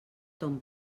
ton